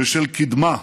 ושל קדמה.